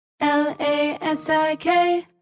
L-A-S-I-K